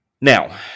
Now